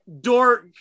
dork